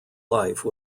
life